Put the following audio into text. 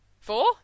four